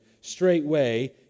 straightway